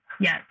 yes